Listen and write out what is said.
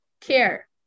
care